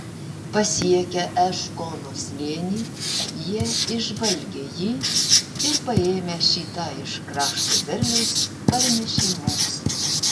pasiekę eškolo slėnį jie išžvalgė jį ir paėmę šį tą iš krašto derliaus parnešė mums